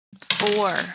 four